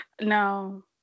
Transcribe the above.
No